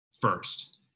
first